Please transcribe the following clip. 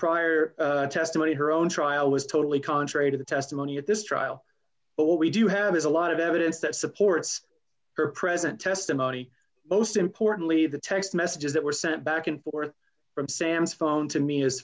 prior testimony her own trial was totally contrary to the testimony at this trial but what we do have is a lot of evidence that supports her present testimony most importantly the text messages that were sent back and forth from sam's phone to me